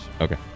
Okay